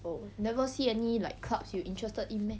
oh never see any like clubs you interested in meh